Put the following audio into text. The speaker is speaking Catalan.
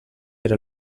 era